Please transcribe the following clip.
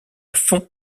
fond